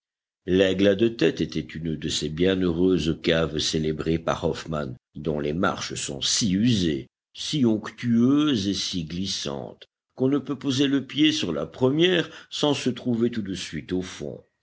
aigle à deux têtes était une de ces bienheureuses caves célébrées par hoffmann dont les marches sont si usées si onctueuses et si glissantes qu'on ne peut poser le pied sur la première sans se trouver tout de suite au fond